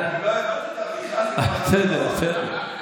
אני לא הבנתי את הבדיחה שלך, בסדר, בסדר.